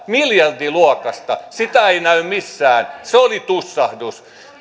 miljardiluokasta sitä ei näy missään se oli tussahdus